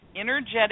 energetic